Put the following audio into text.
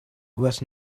was